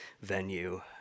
venue